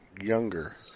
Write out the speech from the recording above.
younger